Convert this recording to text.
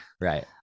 right